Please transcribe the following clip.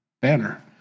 Banner